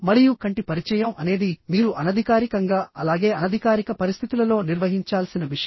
మరియు కంటి పరిచయం అనేది మీరు అనధికారికంగా అలాగే అనధికారిక పరిస్థితులలో నిర్వహించాల్సిన విషయం